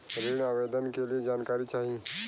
ऋण आवेदन के लिए जानकारी चाही?